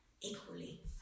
Equally